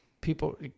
people